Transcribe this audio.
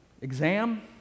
Exam